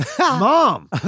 Mom